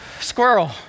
Squirrel